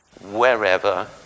wherever